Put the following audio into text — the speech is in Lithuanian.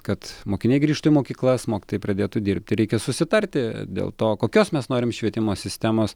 kad mokiniai grįžtų į mokyklas mokytojai pradėtų dirbti reikia susitarti dėl to kokios mes norim švietimo sistemos